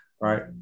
Right